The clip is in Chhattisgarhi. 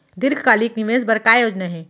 दीर्घकालिक निवेश बर का योजना हे?